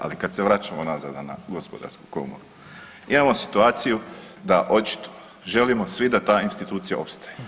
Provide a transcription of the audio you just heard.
Ali kad se vraćamo nazad na Gospodarsku komoru, imamo situaciju da očito želimo svi da ta institucija opstaje.